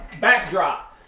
backdrop